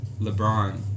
LeBron